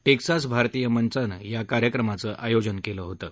Texas भारतीय मंचानं या कार्यक्रमाचं आयोजन केलं होतं